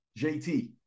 JT